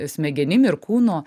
smegenim ir kūnu